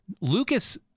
Lucas